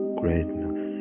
greatness